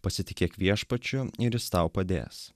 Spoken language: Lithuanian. pasitikėk viešpačiu ir jis tau padės